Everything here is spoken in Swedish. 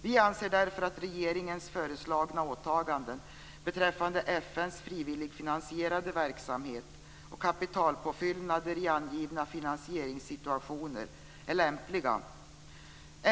Vi anser därför att regeringens föreslagna åtaganden beträffande FN:s frivilligfinansierade verksamhet och kapitalpåfyllnader i angivna finansieringssituationer är lämpliga.